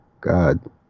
god